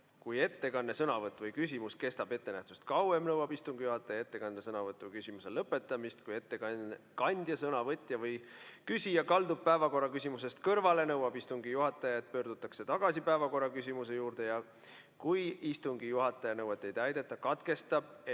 Kui ettekanne, sõnavõtt või küsimus kestab ettenähtust kauem, nõuab istungi juhataja ettekande, sõnavõtu või küsimuse lõpetamist. Kui ettekandja, sõnavõtja või küsija kaldub päevakorraküsimusest kõrvale, nõuab istungi juhataja, et pöördutaks tagasi päevakorraküsimuse juurde. Kui istungi juhataja nõuet ei täideta, katkeb ettekande,